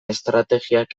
estrategiak